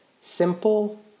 Simple